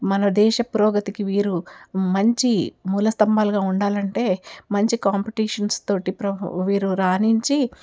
మన దేశ పురోగతికి వీరు మంచి మూల స్తంభాలుగా ఉండాలి అంటే మంచి కాంపిటిషన్స్ తోటి వీరు రాణించి